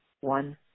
one